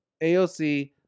AOC